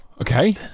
okay